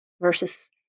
versus